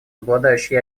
обладающие